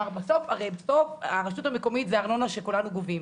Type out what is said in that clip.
הרי בסוף הרשות המקומית זה ארנונה שכולנו גובים.